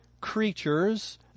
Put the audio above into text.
creatures